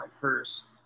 first